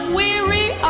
weary